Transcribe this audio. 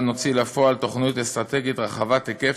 נוציא לפועל תוכנית אסטרטגית רחבת היקף,